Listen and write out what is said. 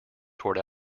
toward